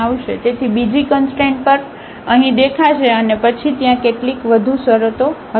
તેથી બીજી કંસટ્રેન પર અહીં દેખાશે અને પછી ત્યાં કેટલીક વધુ શરતો હશે